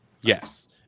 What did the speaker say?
Yes